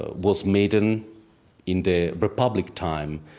was made in in the republic time.